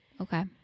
Okay